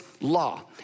law